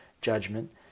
judgment